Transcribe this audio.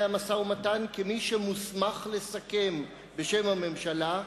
המשא-ומתן כמי שמוסמך לסכם בשם הממשלה,